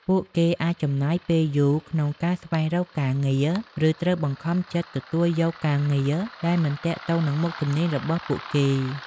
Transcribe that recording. ពួកគេអាចចំណាយពេលយូរក្នុងការស្វែងរកការងារ ឬត្រូវបង្ខំចិត្តទទួលយកការងារដែលមិនទាក់ទងនឹងមុខជំនាញរបស់ពួកគេ។